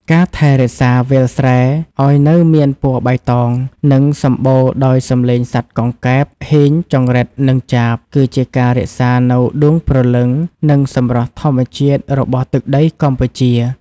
ការថែរក្សាវាលស្រែឱ្យនៅមានពណ៌បៃតង និងសម្បូរដោយសំឡេងសត្វកង្កែប ហ៊ីង ចង្រិត និងចាប គឺជាការរក្សានូវដួងព្រលឹង និងសម្រស់ធម្មជាតិរបស់ទឹកដីកម្ពុជា។